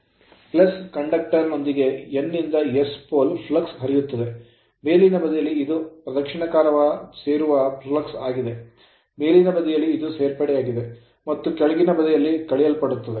conductor conductor ನೊಂದಿಗೆ N ನಿಂದ S pole pole flux flux ಹರಿಯುತ್ತಿದು ಮೇಲಿನ ಬದಿಯಲ್ಲಿ ಇದು ಪ್ರದಕ್ಷಿಣಾಕಾರವ ಸೇರುವ flux ಫ್ಲಕ್ಸ್ ಆಗಿದೆ ಮೇಲಿನ ಬದಿಯಲ್ಲಿ ಇದು ಸೇರ್ಪಡೆಯಾಗಿದೆ ಮತ್ತು ಕೆಳಗಿನ ಬದಿಯನ್ನು ಕಳೆಯಲಾಗುತ್ತದೆ